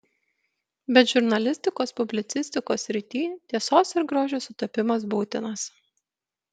bet žurnalistikos publicistikos srityj tiesos ir grožio sutapimas būtinas